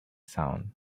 sound